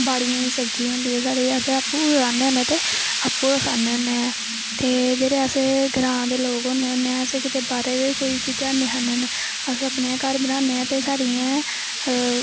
बाड़ियें दी सब्जी हों दी ऐ अस अप्पूं गै राह्ने होन्ने ते अप्पूं गै खन्ने होन्ने ते जेह्ड़े अस ग्रांऽ दे लोग होन्ने होने ऐं अस कोई बाह्रे दी चीजां नी खन्ने होन्ने अस अपने घर बनाने ऐं ते साढ़ियैं